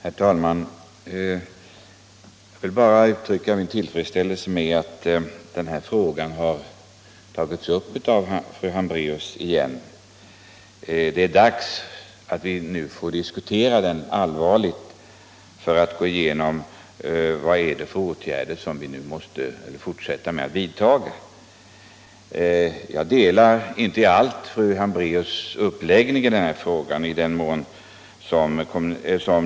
Herr talman! Jag vill uttrycka min tillfredsställelse med att denna fråga har tagits upp av fru Hambraeus igen. Det är dags att vi nu får diskutera den allvarligt och gå igenom vilka åtgärder som i fortsättningen måste vidtas. Jag skulle inte i allt välja samma uppläggning av frågan som fru Hambraeus har gjort.